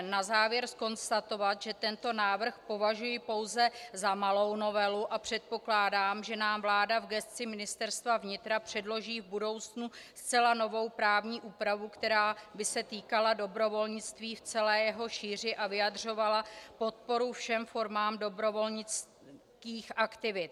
Na závěr ovšem musím zkonstatovat, že tento návrh považuji pouze za malou novelu a předpokládám, že nám vláda v gesci ministerstva vnitra předloží v budoucnu zcela novou právní úpravu, která by se týkala dobrovolnictví v celé jeho šíři a vyjadřovala podporu všem formám dobrovolnických aktivit.